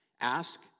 Ask